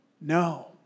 No